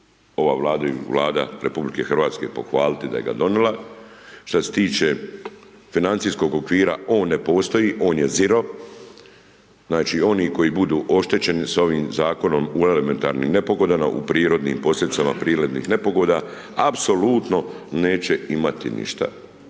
ova Vlada RH pohvaliti da ga je donijela. Što se tiče financijskog okvira, on ne postoji, on je ziro. Znači, oni koji budu oštećeni sa ovim Zakonom u elementarnim nepogodama u prirodnim, posebice, prirodnih nepogoda, apsolutno neće imati ništa.